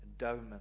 endowment